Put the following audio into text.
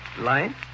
Light